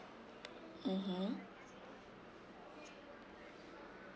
mmhmm